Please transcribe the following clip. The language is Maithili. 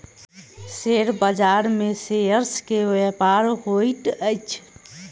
शेयर बाजार में शेयर्स के व्यापार होइत अछि